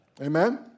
Amen